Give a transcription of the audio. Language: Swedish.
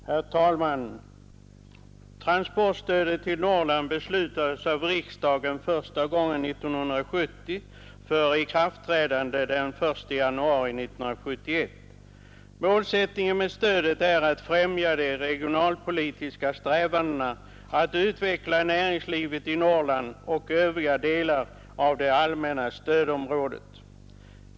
Herr talman! Transportstödet till Norrland beslutades av riksdagen första gången 1970 för ikraftträdande den 1 januari 1971. Målsättningen för stödet är att främja de regionalpolitiska strävandena att utveckla näringslivet i Norrland och övriga delar av det allmänna stödområdet.